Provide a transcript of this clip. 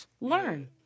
Learn